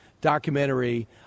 documentary